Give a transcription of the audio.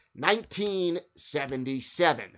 1977